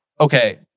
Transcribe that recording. okay